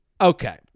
Okay